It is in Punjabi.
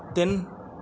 ਤਿੰਨ